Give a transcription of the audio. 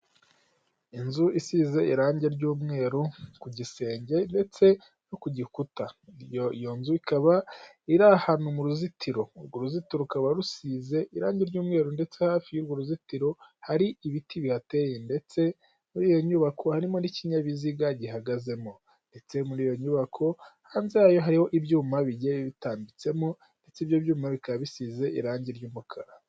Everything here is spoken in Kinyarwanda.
Inzu isize irangi ry'umweru ku gisenge ndetse no ku gikuta, iyo nzu ikaba iri ahantu mu ruzitiro, urwo ruzitiro rukaba rusize irangi ry'umweru ndetse hafi y'urwo ruzitiro hari ibiti bihateye ndetse muri iyo nyubako harimo n'ikinyabiziga gihagazemo ndetse muri iyo nyubako hanze yayo hari ibyuma bitambitsemo ndetse ibyo byuma bikaba bisize irangi ry'umukara.